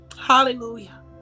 Hallelujah